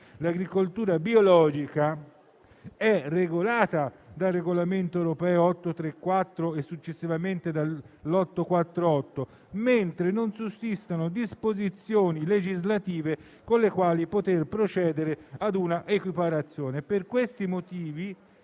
l'agricoltura biologica è regolata dai regolamenti europei n. 834 del 2007 e n. 848 del 2018, mentre non sussistono disposizioni legislative con le quali poter procedere a un'equiparazione. Per questi motivi,